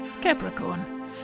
Capricorn